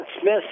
Smith